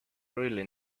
really